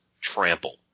trample